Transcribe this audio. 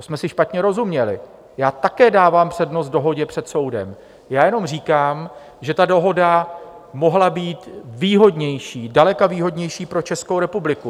To jsme si špatně rozuměli, já také dávám přednost dohodě před soudem, já jenom říkám, že ta dohoda mohla být výhodnější, zdaleka výhodnější pro Českou republiku.